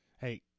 Hey